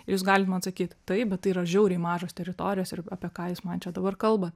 jūs galit man sakyt taip bet tai yra žiauriai mažos teritorijos ir apie ką jūs man čia dabar kalbat